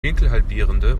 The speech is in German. winkelhalbierende